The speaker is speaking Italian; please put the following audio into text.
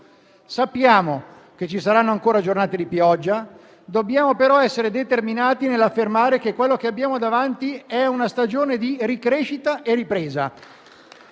Sappiamo che ci saranno ancora giornate di pioggia, ma dobbiamo essere determinati nell'affermare che quella che abbiamo davanti è una stagione di crescita e di ripresa